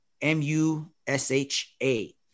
M-U-S-H-A